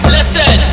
Listen